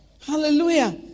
Hallelujah